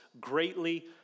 greatly